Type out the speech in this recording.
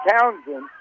Townsend